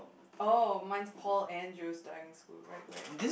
oh mine's Paul and Joe's Diving School right right